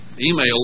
email